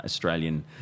Australian